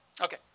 Okay